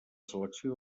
selecció